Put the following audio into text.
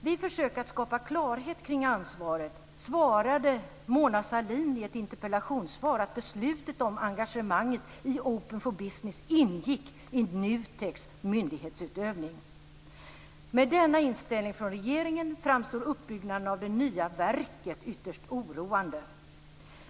Vid försök att skapa klarhet kring ansvaret svarade Mona Sahlin i ett interpellationssvar att beslutet om engagemanget i Open for Med denna inställning från regeringen framstår uppbyggnaden av det nya verket som ytterst oroande.